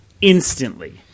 instantly